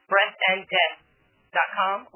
BreathandDeath.com